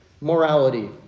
morality